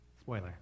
Spoiler